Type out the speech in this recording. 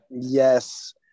Yes